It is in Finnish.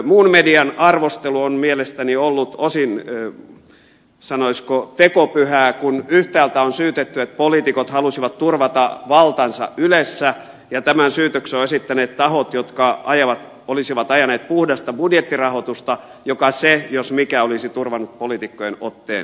muun median arvostelu on mielestäni ollut osin sanoisiko tekopyhää kun yhtäältä on syytetty että poliitikot halusivat turvata valtansa ylessä ja tämän syytöksen ovat esittäneet tahot jotka olisivat ajaneet puhdasta budjettirahoitusta ja se jos mikä olisi turvannut poliitikkojen otteen ylessä